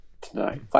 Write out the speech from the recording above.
tonight